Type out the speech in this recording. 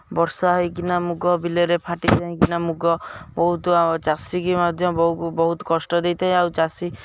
ବର୍ଷା ହୋଇକିନା ମୁଗ ବିଲରେ ଫାଟିଯାଇକିନା ମୁଗ ବହୁତ ଚାଷୀକୁ ମଧ୍ୟ ବହୁ ବହୁତ କଷ୍ଟ ଦେଇଥାଏ ଆଉ ଚାଷୀ